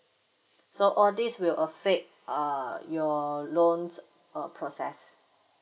so all these will affect uh your loans uh process